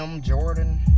Jordan